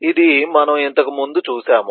ఇది మనము ఇంతకు ముందు చూశాము